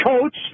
coach